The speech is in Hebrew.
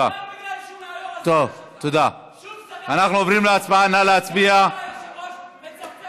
אבל אנחנו צריכים לצמצם את הפער, להעלות את תושבי